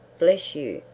bless you,